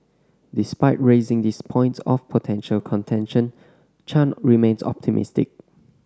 despite raising these points of potential contention Chan remains optimistic